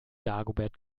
dagobert